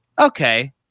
okay